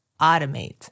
automate